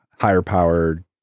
higher-powered